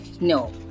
No